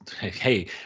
hey